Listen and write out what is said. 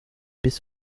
bis